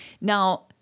Now